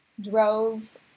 drove